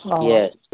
yes